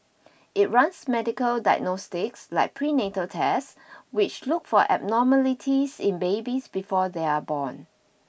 it runs medical diagnostics like prenatal tests which look for abnormalities in babies before they are born